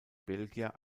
belgier